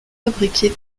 fabriquer